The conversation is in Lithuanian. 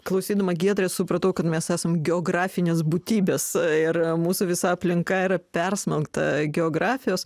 klausydama giedrės supratau kad mes esam geografinės būtybės ir a mūsų visa aplinka yra persmelkta geografijos